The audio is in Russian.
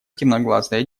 темноглазая